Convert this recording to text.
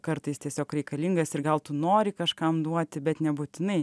kartais tiesiog reikalingas ir gal tu nori kažkam duoti bet nebūtinai